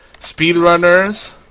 Speedrunners